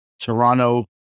Toronto